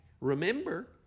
Remember